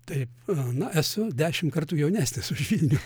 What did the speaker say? taip na esu dešimt kartų jaunesnis už vilnių